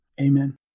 Amen